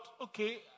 okay